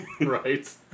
Right